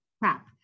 crap